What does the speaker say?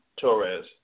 Torres